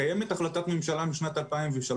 קיימת החלטת ממשלה משנת 2003,